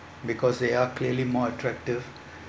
because they are clearly more attractive